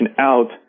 out